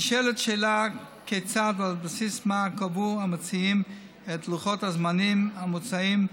נשאלת שאלה כיצד ועל בסיס מה קבעו המציעים את לוחות הזמנים המוצעים,